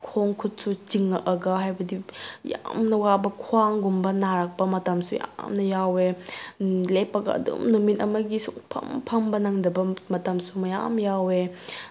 ꯈꯣꯡ ꯈꯨꯠꯁꯨ ꯆꯤꯡꯉꯛꯑꯒ ꯍꯥꯏꯕꯗꯤ ꯌꯥꯝꯅ ꯋꯥꯕ ꯈ꯭ꯋꯥꯡꯒꯨꯝꯕ ꯅꯥꯔꯛꯄ ꯃꯇꯝꯁꯨ ꯌꯥꯝꯅ ꯌꯥꯎꯑꯦ ꯂꯦꯞꯄꯒ ꯑꯗꯨꯝ ꯅꯨꯃꯤꯠ ꯑꯃꯒꯤ ꯁꯨꯡꯐꯝ ꯐꯝꯕ ꯅꯪꯗꯕ ꯃꯇꯝꯁꯨ ꯃꯌꯥꯝ ꯌꯥꯎꯑꯦ